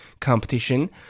competition